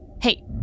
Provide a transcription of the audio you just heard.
Hey